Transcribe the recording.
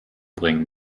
bringen